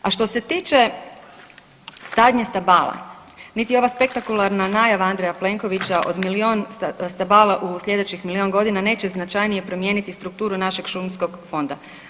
A što se tiče sadnje stabala niti ova spektakularna najava Andreja Plenkovića od milijun stabala u sljedećih milijun godina neće značajnije promijeniti strukturu našeg šumskog fonda.